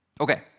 Okay